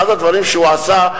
אחד הדברים שהוא עשה,